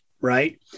right